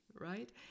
right